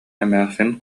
эмээхсин